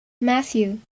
Matthew